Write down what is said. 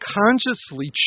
consciously